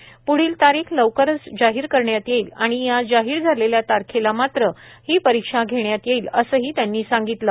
प्ढील तारीख लवकरच जाहीर करण्यात येईल आणि या जाहीर झालेल्या तारखेला मात्र ही परिक्षा घेण्यात येईल असंही त्यांनी सांगितलं